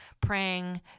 praying